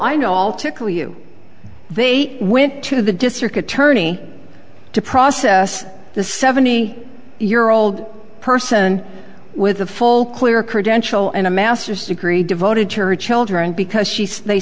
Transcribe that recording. i know all tickle you they went to the district attorney to process the seventy year old person with a full clear credential and a masters degree devoted to her children because she